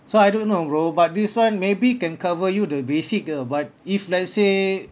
so I don't know bro~ but this one maybe can cover you the basic ah but if let's say